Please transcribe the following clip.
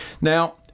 Now